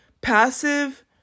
passive